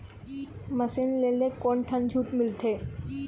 Machine ले ले कोन ठन छूट मिलथे?